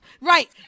right